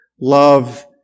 love